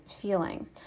feeling